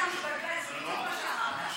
זה בדיוק מה שאמרת.